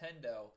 Nintendo